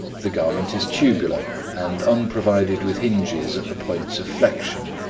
the garment is tubular and unprovided with hinges at the points of flexion.